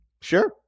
Sure